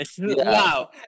Wow